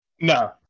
No